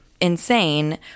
insane